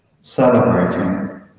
celebrating